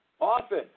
Often